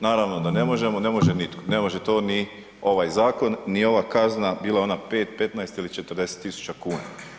Naravno da ne možemo, ne može nitko, ne može to ni ovaj zakon ni ova kazna, bila ona 5, 15, ili 40 tisuća kuna.